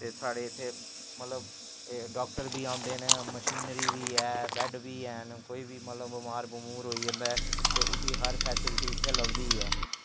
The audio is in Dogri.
ते साढ़े इत्ते मतलव डाक्टर बी औंदे न मशीनरी बी है बैड्ड बी हैन कोई बी मतलव बमार बमूर होई जंदा ऐ ते उसी हर फैसलिटी इत्थै लभदी ऐ